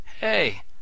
hey